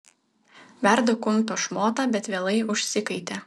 verda kumpio šmotą bet vėlai užsikaitė